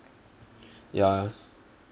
ya